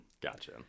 Gotcha